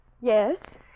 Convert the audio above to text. Yes